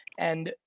and,